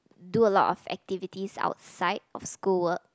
do a lot of activities outside of school work